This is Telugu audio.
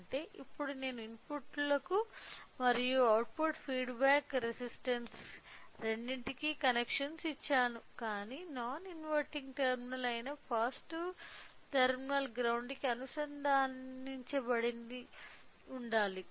అంటే ఇప్పుడు నేను ఇన్పుట్లకు మరియు అవుట్పుట్ ఫీడ్బ్యాక్ రెసిస్టెన్స్ రెండింటికీ కనెక్షన్లు ఇచ్చాను కాని నాన్ ఇన్వర్టింగ్ టెర్మినల్ అయిన పాజిటివ్ టెర్మినల్ గ్రౌండ్ కి అనుసంధానించబడి ఉండాలి